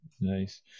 nice